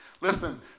Listen